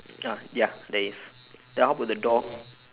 ah ya there is then how about the door